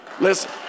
Listen